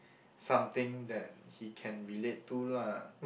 something that he can relate to lah